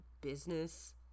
business